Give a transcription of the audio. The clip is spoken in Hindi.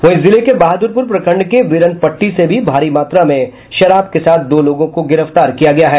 वहीं जिले के बहादुरपुर प्रखंड के विरनपट्टी से भी भारी मात्रा में शराब के साथ दो लोगों को गिरफ्तार किया गया है